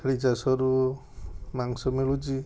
ଛେଳି ଚାଷରୁ ମାଂସ ମିଳୁଛି